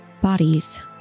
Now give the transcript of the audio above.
Bodies